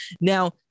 now